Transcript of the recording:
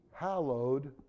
hallowed